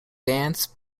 dance